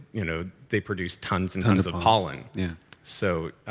you know they produce tons and tons of pollen yeah so,